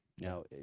Now